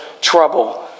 trouble